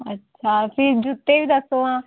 अच्छा फ्ही जुत्ते बी दस्सो आं